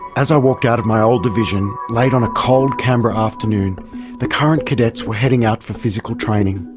as i walked out of my old division late on a cold canberra afternoon the current cadets were heading out for physical training.